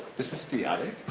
this is the attic.